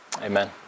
amen